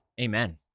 Amen